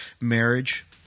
marriage